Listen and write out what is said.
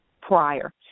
prior